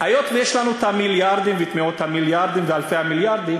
היות שיש לנו את המיליארדים ואת מאות המיליארדים ואלפי המיליארדים,